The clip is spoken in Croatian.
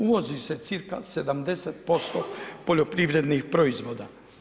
Uvozi se cca. 70% poljoprivrednih proizvoda.